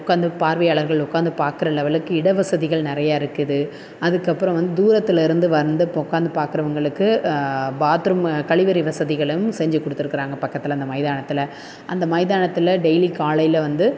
உட்காந்து பார்வையாளர்கள் உட்காந்து பார்க்கற லெவலுக்கு இட வசதிகள் நிறையா இருக்குது அதுக்கப்பறம் வந்து தூரத்தில் இருந்து வந்து இப்போ உட்காந்து பார்க்கறவங்களுக்கு பாத்ரூம் கழிவறை வசதிகளும் செஞ்சு கொடுத்துருக்கறாங்க பக்கத்தில் அந்த மைதானத்தில் அந்த மைதானத்தில் டெய்லி காலையில் வந்து